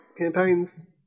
campaigns